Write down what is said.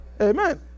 Amen